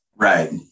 Right